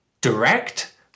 direct